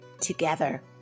together